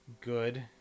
good